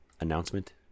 announcement